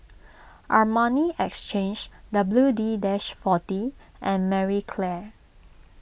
Armani Exchange W D dash forty and Marie Claire